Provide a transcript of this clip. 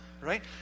right